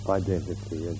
identity